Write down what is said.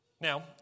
Now